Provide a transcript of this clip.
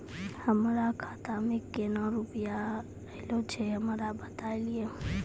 हमरो खाता मे केना केना रुपैया ऐलो छै? हमरा बताय लियै?